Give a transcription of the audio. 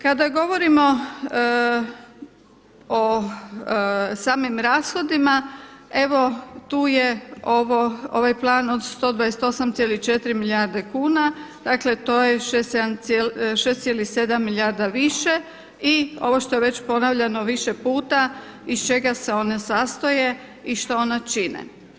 Kada govorimo o samim rashodima, evo tu je ovaj plan od 128,4 milijarde kuna, dakle to je 6,7 milijarda više, i ovo što je već ponavljano više puta od čega se one sastoje i što one čine.